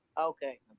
okay